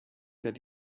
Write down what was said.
that